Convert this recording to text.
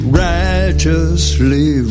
righteously